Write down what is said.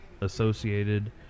associated